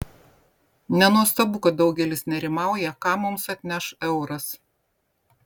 nenuostabu kad daugelis nerimauja ką mums atneš euras